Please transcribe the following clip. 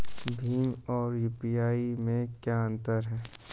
भीम और यू.पी.आई में क्या अंतर है?